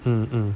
mm